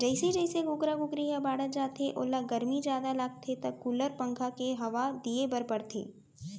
जइसे जइसे कुकरा कुकरी ह बाढ़त जाथे ओला गरमी जादा लागथे त कूलर, पंखा के हवा दिये बर परथे